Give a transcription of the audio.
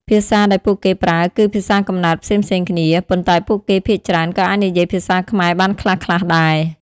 ភាសាដែលពួកគេប្រើគឺ ភាសាកំណើត ផ្សេងៗគ្នា ប៉ុន្តែពួកគេភាគច្រើនក៏អាចនិយាយភាសាខ្មែរបានខ្លះៗដែរ។